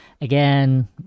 again